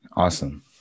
Awesome